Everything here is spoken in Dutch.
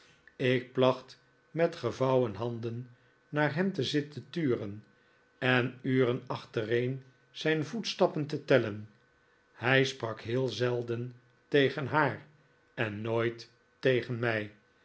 ik placht met gevouwen handen naar hem te zitten turen en uren achtereen zijn voetstappen te tellen hij sprak heel zelden tegen haar en nooit tegen mij